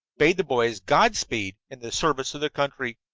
bade the boys godspeed in the service of their country.